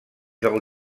del